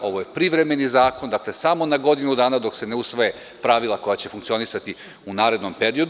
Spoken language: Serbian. Ovo je privremeni zakon, dakle samo na godinu dana dok se ne usvoje pravila koja će funkcionisati u narednom periodu.